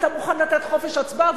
אתה מוכן לתת חופש הצבעה,